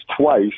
twice